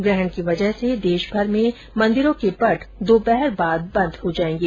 ग्रहण की वजह से देशभर में मंदिरों के पट दोपहर बाद हो जाएंगे